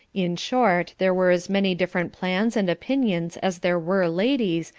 in short, there were as many different plans and opinions as there were ladies,